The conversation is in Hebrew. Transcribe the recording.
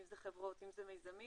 אם זה חברות ואם זה מיזמים,